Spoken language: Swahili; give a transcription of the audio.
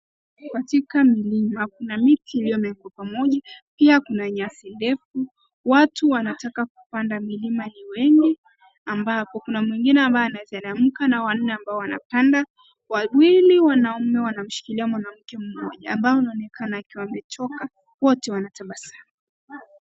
Katika milima kuna miti iliyomea kwa pamoja, pia kuna nyasi ndefu. Watu wanataka kupanda milima ni wengi, ambapo kuna mwingine ambaye anateremka, na wanne ambao wanapanda. Wawili wanaume wanamshikilia mwanamke mmoja, ambao ameonekana akiwa amechoka. Wote wanatabasamu.